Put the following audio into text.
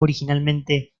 originalmente